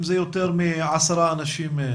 אם זה יותר מעשרה אנשים.